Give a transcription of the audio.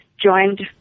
joined